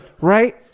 Right